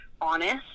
honest